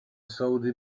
soudy